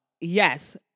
Yes